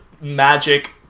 magic